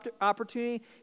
opportunity